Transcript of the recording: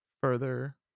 further